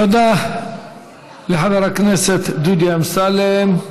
תודה לחבר הכנסת דודי אמסלם.